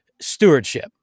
Stewardship